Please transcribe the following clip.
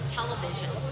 television